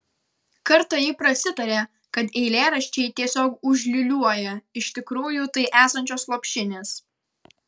kartą ji prasitarė kad eilėraščiai tiesiog užliūliuoją iš tikrųjų tai esančios lopšinės